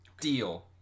deal